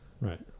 right